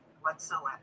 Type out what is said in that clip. whatsoever